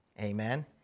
Amen